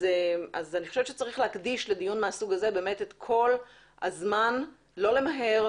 אני חושבת שצריך להקדיש לדיון מהסוג הזה את כל הזמן ולא למהר.